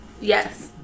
Yes